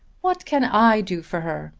what can i do for her?